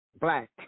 black